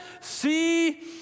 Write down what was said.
see